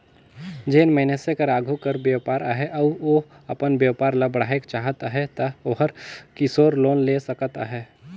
जेन मइनसे कर आघु कर बयपार अहे अउ ओ अपन बयपार ल बढ़ाएक चाहत अहे ता ओहर किसोर लोन ले सकत अहे